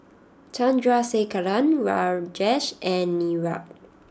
Chandrasekaran Rajesh and Niraj